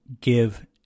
give